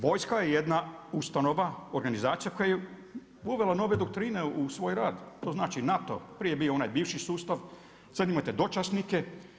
Vojska je jedna ustanova, organizacija koja je uvela nove doktrine u svoj rad, to znači NATO, prije je bio onaj bivši sustav, sad imate dočasnike.